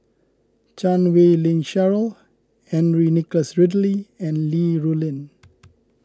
Chan Wei Ling Cheryl Henry Nicholas Ridley and Li Rulin